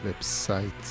website